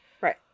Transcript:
Right